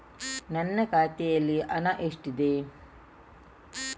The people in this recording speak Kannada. ನನ್ನ ಖಾತೆಯಲ್ಲಿ ಹಣ ಎಷ್ಟಿದೆ?